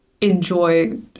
enjoy